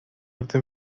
verte